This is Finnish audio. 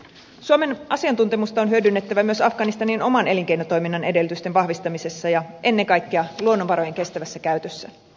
suomen asiantuntemusta on hyödynnettävä myös afganistanin oman elinkeinotoiminnan edellytysten vahvistamisessa ja ennen kaikkea luonnonvarojen kestävässä käytössä